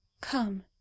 Come